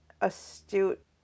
astute